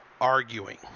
arguing